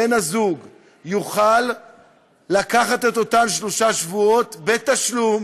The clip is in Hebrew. בן-הזוג, יוכל לקחת את אותם שלושה שבועות בתשלום